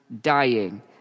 dying